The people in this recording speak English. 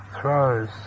throws